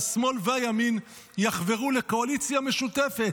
שהשמאל והימין יחברו לקואליציה משותפת,